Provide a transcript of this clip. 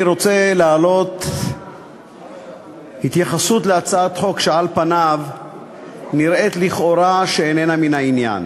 אני רוצה להעלות התייחסות להצעת חוק שעל פניה נראית שאיננה מן העניין.